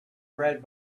read